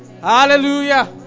hallelujah